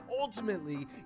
ultimately